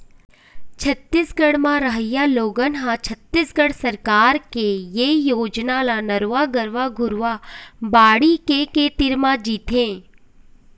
छत्तीसगढ़ म रहइया लोगन ह छत्तीसगढ़ सरकार के ए योजना ल नरूवा, गरूवा, घुरूवा, बाड़ी के के तीर म जीथे